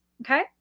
Okay